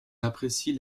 apprécient